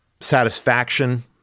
satisfaction